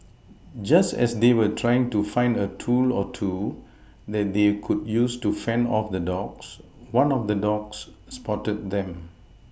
just as they were trying to find a tool or two that they could use to fend off the dogs one of the dogs spotted them